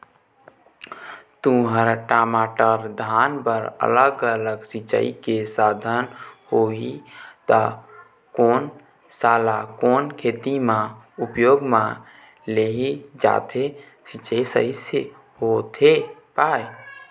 तुंहर, टमाटर, धान बर अलग अलग सिचाई के साधन होही ता कोन सा ला कोन खेती मा उपयोग मा लेहे जाथे, सिचाई सही से होथे पाए?